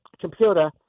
computer